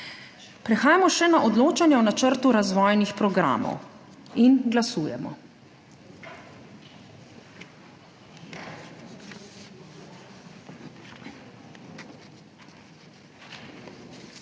Prehajamo še na odločanje o načrtu razvojnih programov. Glasujemo.